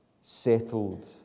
settled